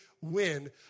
win